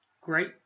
great